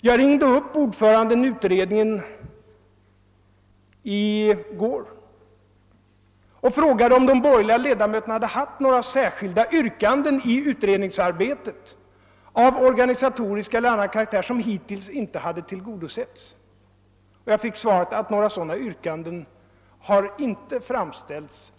Jag ringde i går upp ordföranden i utredningen och frågade om de borgerliga ledamöterna hade haft några särskilda yrkanden i utredningsarbetet — av organisatorisk eller av annan karaktär — som hittills inte hade tillgodosetts. Jag fick det svaret att några sådana yrkanden inte fanns.